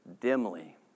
dimly